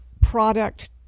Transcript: product